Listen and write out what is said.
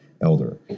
elder